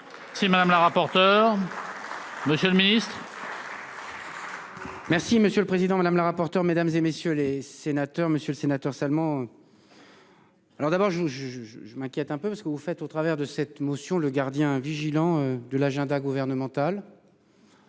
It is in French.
Si madame la rapporteure. Monsieur le Ministre. Merci monsieur le président, madame la rapporteure mesdames et messieurs les sénateurs, Monsieur le Sénateur seulement. Alors d'abord je je je je je m'inquiète un peu parce que vous faites au travers de cette motion, le gardien vigilant de l'agenda gouvernemental.